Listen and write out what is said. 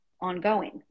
ongoing